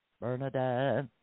Bernadette